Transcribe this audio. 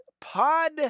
pod